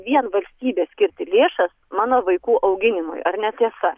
vien valstybė skirti lėšas mano vaikų auginimui ar netiesa